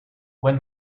when